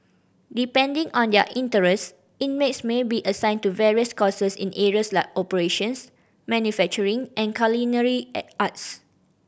depending on their interests inmates may be assigned to various courses in areas like operations manufacturing and culinary arts